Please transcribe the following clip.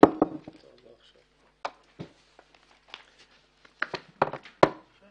חג שמח.